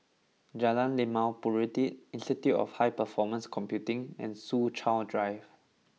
Jalan Limau Purut Institute of High Performance Computing and Soo Chow Drive